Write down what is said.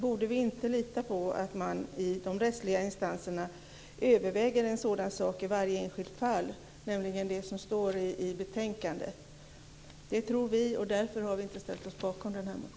Borde vi inte lita på att man i de rättsliga instanserna överväger en sådan sak i varje enskilt fall, dvs. som det står i betänkandet? Det tror vi, och det är därför vi inte har ställt oss bakom motionen.